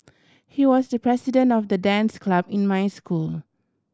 he was the president of the dance club in my school